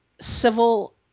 civil